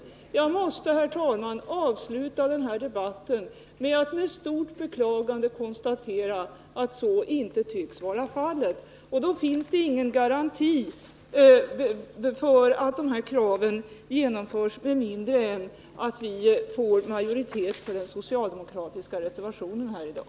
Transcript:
Jag måste, herr talman, avsluta mitt inlägg i den här debatten med att med stort beklagande konstatera att så inte tycks vara fallet. Då finns det ingen garanti för att de här kraven genomförs — med mindre än att vi får majoritet för den socialdemokratiska reservationen här i dag.